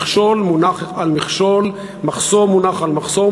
מכשול מונח על מכשול, מחסום מונח על מחסום.